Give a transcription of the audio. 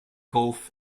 golf